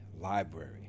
library